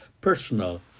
personal